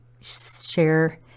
share